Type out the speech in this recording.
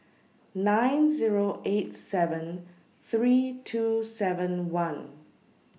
nine Zero eight seven three two seven one